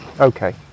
Okay